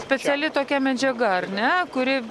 speciali tokia medžiaga ar ne kuri